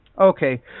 okay